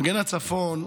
מגן הצפון,